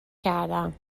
کردم